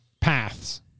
paths